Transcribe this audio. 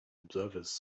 observers